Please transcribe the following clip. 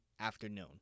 afternoon